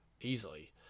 easily